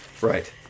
Right